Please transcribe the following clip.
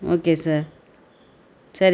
okay sir சரி